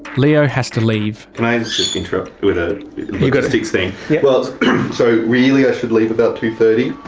leo has to leave. can i just interrupt with a logistics thing? so really i should leave about two. thirty,